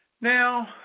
Now